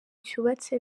cyubatse